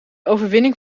overwinning